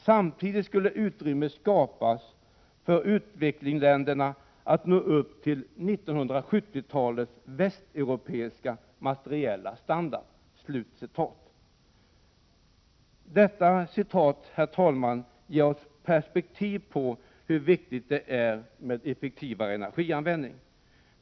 Samtidigt skulle utrymme skapas för utvecklingsländerna att nå upp till 1970-talets västeuropeiska materiella standard.” Herr talman! Detta citat ger oss perspektiv på hur viktigt det är med effektivare energianvändning.